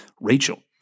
Rachel